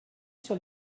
sur